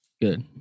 Good